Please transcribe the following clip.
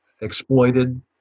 exploited